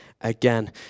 again